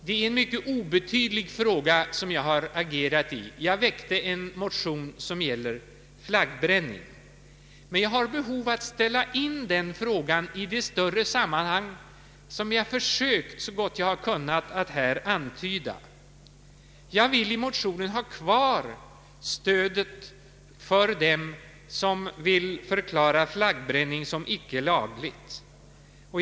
Det är en obetydlig fråga som jag har agerat i — jag har väckt en motion som gäller flaggbränning — men jag har behov av att ställa in den frågan i ett större sammanhang som jag så gott jag har kunnat försökt att här antyda. Jag vill i motionen ha kvar stödet för dem som vill förklara flaggbränning som icke laglig.